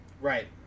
Right